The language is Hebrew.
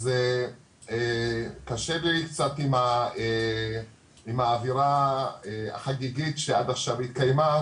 אז קשה לי קצת עם האוירה החגיגית שעד עכשיו התקיימה